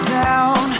down